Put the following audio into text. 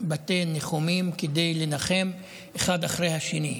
בתי ניחומים כדי לנחם אחד אחרי השני.